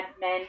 men